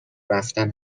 رفتن